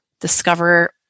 discover